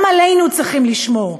גם עלינו צריכים לשמור,